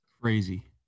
Crazy